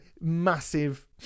massive